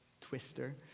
twister